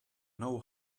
know